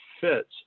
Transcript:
fits